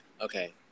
okay